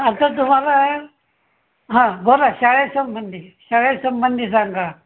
आता तुम्हाला हां बोला शाळेसंबंधी शाळेसंबंधी सांगा